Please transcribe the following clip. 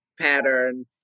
pattern